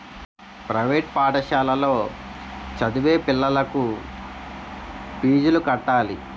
private పాఠశాలలో చదివే పిల్లలకు ఫీజులు కట్టాలి